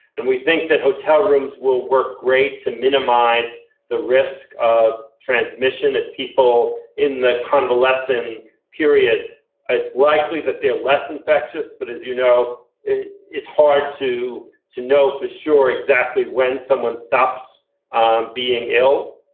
and we think that hotel rooms will work great to minimize the risk of transmission. if people in the convalescing period it's likely that they're less infectious, but as you know it is hard to to know for sure exactly when someone stops being ill.